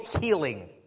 healing